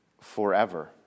forever